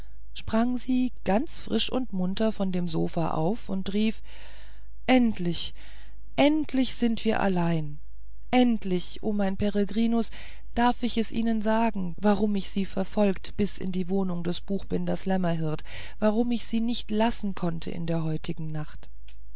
sprang sie ganz frisch und munter von dem sofa auf und rief endlich endlich sind wir allein endlich o mein peregrinus darf ich es ihnen sagen warum ich sie verfolgte bis in die wohnung des buchbinders lämmerhirt warum ich sie nicht lassen konnte in der heutigen nacht